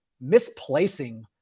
misplacing